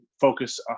focus